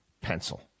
pencil